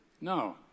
No